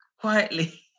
quietly